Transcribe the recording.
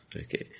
Okay